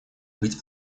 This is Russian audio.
быть